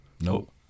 nope